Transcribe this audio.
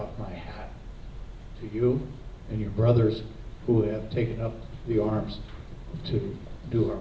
to go you and your brothers who have taken up the arms to do or